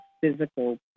physical